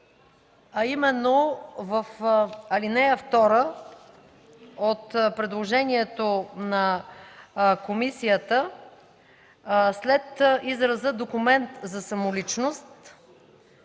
да реши – в ал. 2 от предложението на комисията след израза „документ за самоличност”